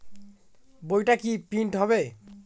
বইটা কি প্রিন্ট হবে?